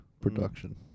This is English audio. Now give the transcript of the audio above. production